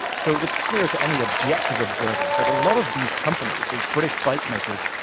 so it was clear to any objective observer that a lot of these companies, these british bike-makers,